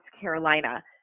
Carolina